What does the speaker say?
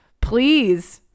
Please